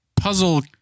Puzzle